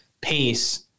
pace